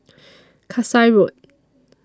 Kasai Road